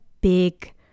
big